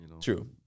True